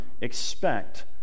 expect